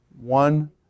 one